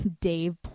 Dave